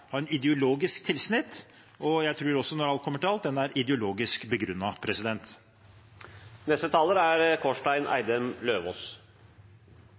ideologisk tilsnitt, og jeg tror også, når alt kommer til alt, at det er ideologisk